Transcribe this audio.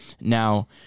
Now